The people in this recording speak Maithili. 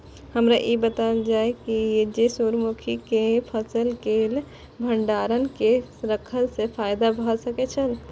हमरा ई बतायल जाए जे सूर्य मुखी केय फसल केय भंडारण केय के रखला सं फायदा भ सकेय छल?